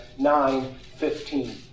9.15